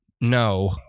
no